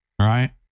right